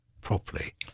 properly